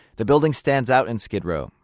the building stands out in skid row.